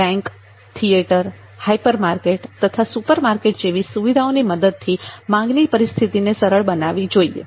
bank theatre hyper market તથા supermarket જેવી સુવિધાઓની મદદથી માંગની પરિસ્થિતિને સરળ બનાવી જોઈએ